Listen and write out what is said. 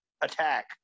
attack